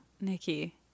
Nikki